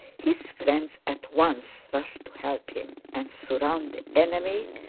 his friends at once rush to help him and surround the enemy,